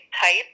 type